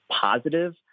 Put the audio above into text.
positive